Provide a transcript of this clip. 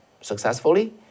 successfully